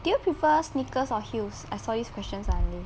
do you prefer sneakers or heels I saw this question suddenly